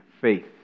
faith